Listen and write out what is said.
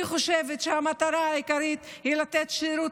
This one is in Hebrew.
אני חושבת שהמטרה העיקרית היא לתת שירות